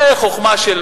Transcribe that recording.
זה חוכמה של